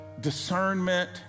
discernment